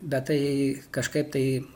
bet tai kažkaip tai